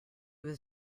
was